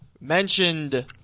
mentioned